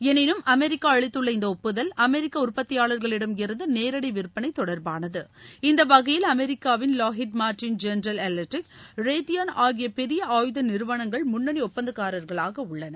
எனினும் அமெரிக்கா அளித்துள்ள இந்த ஒப்புதல் அமெரிக்க உற்பத்தியாளர்களிடமிருந்து நேரடி விற்பனை தொடர்பானது இந்த வகையில் அமெரிக்காவின் Lockheed Martin General Electric Raytheon ஆகிய பெரிய ஆயுத நிறுவனங்கள் முன்னணி ஒப்பந்தக்காரர்களாக உள்ளனர்